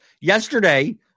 yesterday